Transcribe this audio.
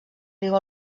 riu